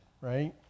Right